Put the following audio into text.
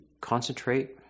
concentrate